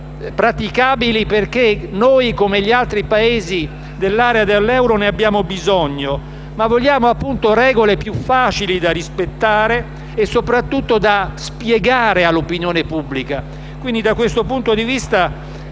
che siano praticabili perché noi, come gli altri Paesi dell'area euro, ne abbiamo bisogno. Ma vogliamo appunto regole più facili da rispettare e soprattutto da spiegare all'opinione pubblica.